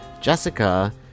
Jessica